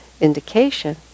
indication